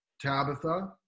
Tabitha